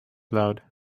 loud